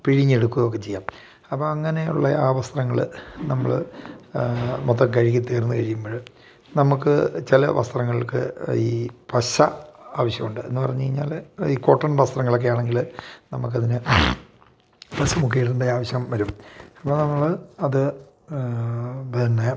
പിഴിഞ്ഞെടുക്കുകയൊക്കെ ചെയ്യാം അപ്പം അങ്ങനെയുള്ള ആ വസ്ത്രങ്ങൾ നമ്മൾ മൊത്തം കഴുകി തീർന്ന് കഴിയുമ്പോൾ നമ്മൾക്ക് ചില വസ്ത്രങ്ങൾക്ക് ഈ പശ ആവിശ്യമുണ്ട് എന്നു പറഞ്ഞു കഴിഞ്ഞാൽ ഈ കോട്ടൺ വസ്ത്രങ്ങളൊക്കെ ആണെങ്കിൽ നമുക്ക് അതിന് പശ മുക്കിയിടേണ്ടെ ആവശ്യം വരും അപ്പം നമ്മൾ അത് പിന്നെ